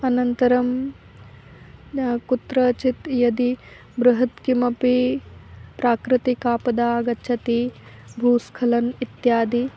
अनन्तरं न कुत्रचित् यदि बृहत् किमपि प्राकृतिकापदा आगच्छति भूस्खलनम् इत्यादि